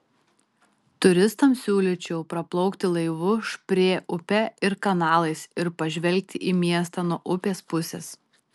turistams siūlyčiau praplaukti laivu šprė upe ir kanalais ir pažvelgti į miestą nuo upės pusės